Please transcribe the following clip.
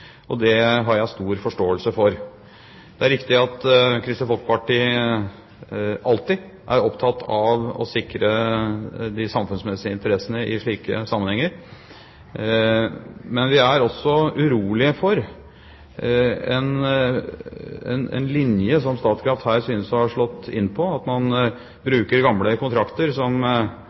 Det har jeg stor forståelse for. Det er riktig at Kristelig Folkeparti alltid er opptatt av å sikre de samfunnsmessige interessene i slike sammenhenger. Vi er også urolige for en linje som Statkraft her synes å ha slått inn på, at man bruker gamle kontrakter